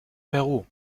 peru